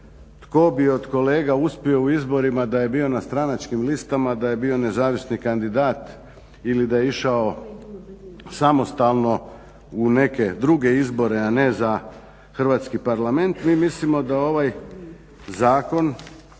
tko bi od kolega uspio u izborima da je bio na stranačkim listama, da je bio nezavisni kandidat ili da je išao samostalno u neke druge izbore a ne za Hrvatski parlament. Mi mislimo da ovaj zakon